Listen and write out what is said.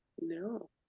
no